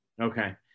Okay